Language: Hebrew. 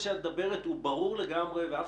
המתח שאת מדברת עליו הוא ברור לגמרי ואף